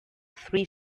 three